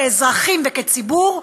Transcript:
כאזרחים וכציבור,